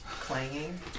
clanging